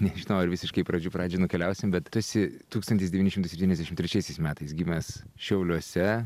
nežinau ar visiškai į pradžių pradžią nukeliausim bet tu esi tūkstantis devyni šimtai septyniasdešim trečiaisiais metais gimęs šiauliuose